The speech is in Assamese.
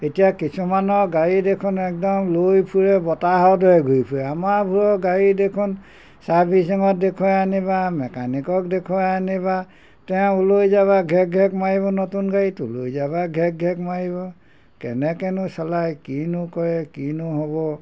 এতিয়া কিছুমানৰ গাড়ী দেখোন একদম লৈ ফুৰে বতাহৰ দৰে ঘূৰি ফুৰে আমাৰবোৰৰ গাড়ী দেখোন ছাৰ্ভিচিঙত দেখুৱাই আনিবা মেকানিকক দেখুৱাই আনিবা তেওঁ লৈ যাবা ঘেক ঘেক মাৰিব নতুন গাড়ীতো লৈ যাবা ঘেক ঘেক মাৰিব কেনেকৈ নো চলায় কি নো কৰে কি নো হ'ব